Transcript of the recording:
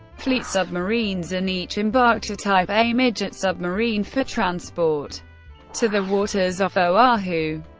fleet submarines, and each embarked a type a midget submarine for transport to the waters off oahu.